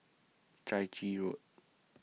Chai Chee Road